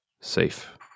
safe